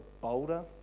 bolder